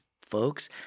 folks